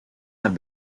have